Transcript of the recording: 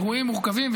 אירועים מורכבים,